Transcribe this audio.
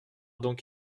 donc